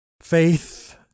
Faith